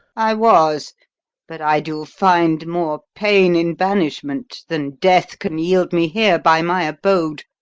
i was but i do find more pain in banishment than death can yield me here by my abode.